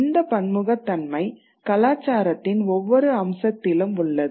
இந்த பன்முகத்தன்மை கலாச்சாரத்தின் ஒவ்வொரு அம்சத்திலும் உள்ளது